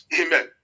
Amen